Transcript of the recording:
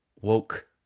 woke